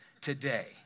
today